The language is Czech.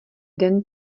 den